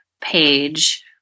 page